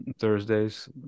thursdays